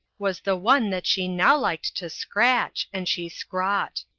was the one that she now liked to scratch, and she scraught.